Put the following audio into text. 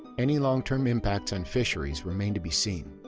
any long-term impacts on fisheries remain to be seen,